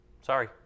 Sorry